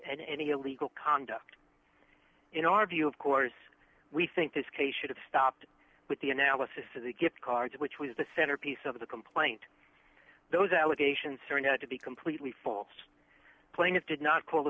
any illegal conduct in our view of course we think this case should have stopped with the analysis of the gift cards which was the centerpiece of the complaint those allegations turned out to be completely false plaintiff did not call